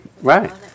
right